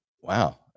Wow